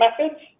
methods